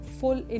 full